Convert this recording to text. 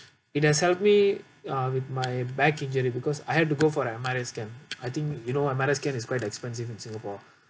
it has helped me uh with my back injury because I had to go for a M_R_I scan I think you know M_R_I scan is quite expensive in singapore